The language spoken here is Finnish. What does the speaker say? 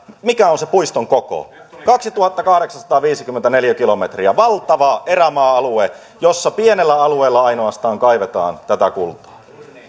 mikä on puiston koko kaksituhattakahdeksansataaviisikymmentä neliökilometriä valtava erämaa alue jossa ainoastaan pienellä alueella kaivetaan kultaa